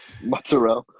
mozzarella